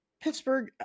Pittsburgh